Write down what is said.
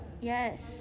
Yes